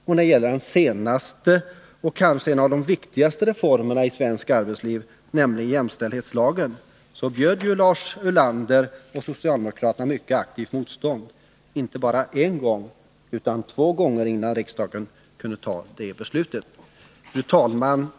Och när det gäller den senaste och kanske viktigaste reformen i svenskt arbetsliv, nämligen jämställdhetslagen, bjöd ju Lars Ulander och socialdemokraterna mycket 67 aktivt motstånd inte bara en gång utan två gånger, innan riksdagen kunde fatta det beslutet. Fru talman!